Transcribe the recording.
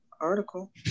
article